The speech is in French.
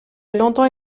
longtemps